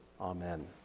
Amen